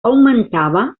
augmentava